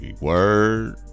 word